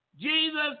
Jesus